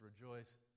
rejoice